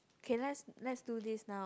okay let's let's do this now